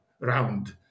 round